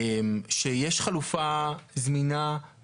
שיש חלופה זמינה,